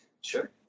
Sure